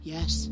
Yes